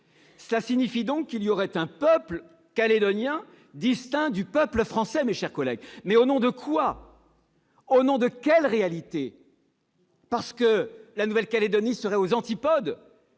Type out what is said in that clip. cela signifie qu'il existerait un peuple calédonien distinct du peuple français ! Mais au nom de quoi ? Au nom de quelle réalité ? Parce que la Nouvelle-Calédonie se trouve aux antipodes ?